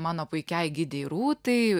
mano puikiai gidei rūtai